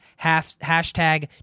Hashtag